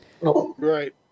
Right